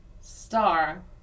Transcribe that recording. Star